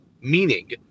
Meaning